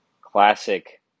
classic